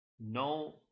No